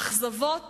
אכזבות